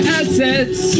assets